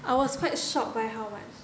I was quite shocked by how much